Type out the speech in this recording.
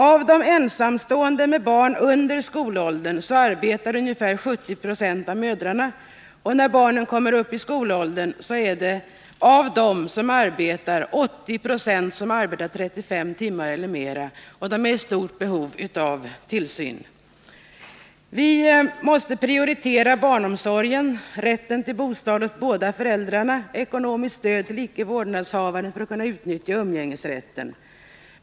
Av de ensamstående mödrarna med barn under skolåldern arbetar ungefär 70 Jo. När barnen kommer upp i skolåldern arbetar 80 96 av de förvärvsarbetande mödrarna 35 timmar eller mera i veckan. De är i stort behov av barntillsyn. Vi måste prioritera barnomsorgen, rätten till bostad åt båda föräldrarna samt ett ekonomiskt stöd till icke vårdnadshavare för att de skall kunna utnyttja umgängesrätten.